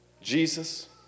Jesus